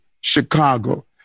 Chicago